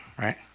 right